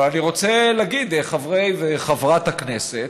אבל אני רוצה להגיד, חברי וחברת הכנסת,